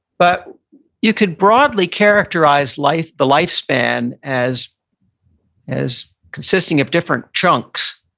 but you could broadly characterize life the lifespan as as consisting of different chunks.